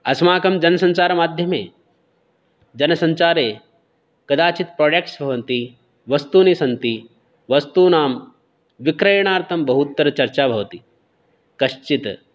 अस्माकं जनसञ्चारमाध्यमे जनसञ्चारे कदाचित् प्रोडेक्ट्स् भवन्ति वस्तूनि सन्ति वस्तूनां विक्रयणार्थं बहुत्र चर्चा भवति कश्चिद्